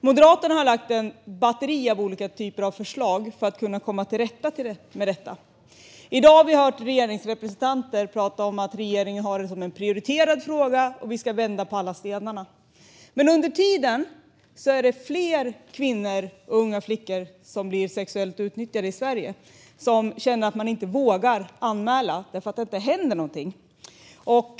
Moderaterna har lagt fram ett batteri av olika förslag för att kunna komma till rätta med detta. I dag har vi hört regeringsrepresentanter prata om att regeringen har det här som en prioriterad fråga och att man ska vända på alla stenar. Men under tiden är det fler kvinnor och unga flickor som blir sexuellt utnyttjade i Sverige och som känner att de inte vågar anmäla därför att det inte händer någonting.